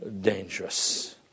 dangerous